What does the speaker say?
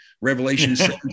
Revelation